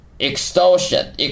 extortion